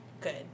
good